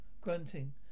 grunting